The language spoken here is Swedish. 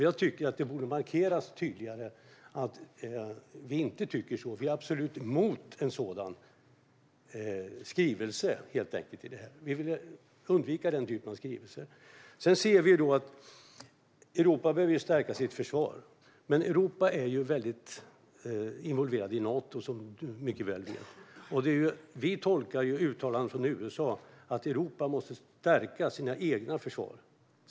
Jag tycker att det borde markeras tydligare att Sverige inte tycker så. Vi är absolut mot en sådan skrivning och vill undvika den typen av skrivningar. Europa behöver stärka sitt försvar. Men Europa är väldigt involverat i Nato, som Karin Enström mycket väl vet. Vi tolkar uttalandet från USA som att Europa måste stärka sina egna försvarsmakter.